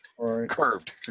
curved